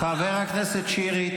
חבר הכנסת שירי.